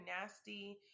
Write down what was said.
nasty